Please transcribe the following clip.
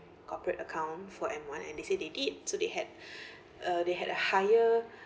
corporate account for m one and they say they did so they had uh they had a higher